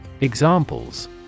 Examples